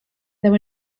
there